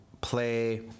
play